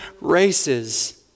races